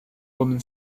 woman